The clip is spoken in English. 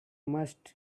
must